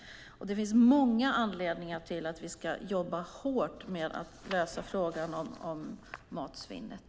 Det finns många anledningar till att vi ska jobba hårt med att lösa frågan om matsvinnet.